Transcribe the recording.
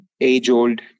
age-old